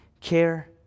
care